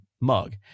mug